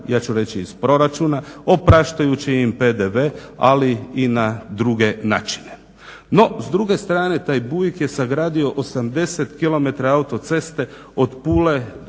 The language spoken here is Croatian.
ja ću reći iz proračuna opraštajući im PDV ali i na druge načine. No, s druge strane taj Buik je sagradio 80 km autoceste od Pule